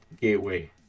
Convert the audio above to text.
gateway